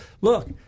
look